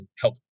help